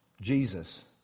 Jesus